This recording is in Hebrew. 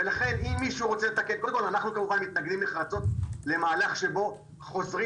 אנחנו כמובן מתנגדים נחרצות למהלך שבו חוזרים